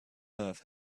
earth